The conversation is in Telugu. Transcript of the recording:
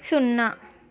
సున్నా